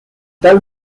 tal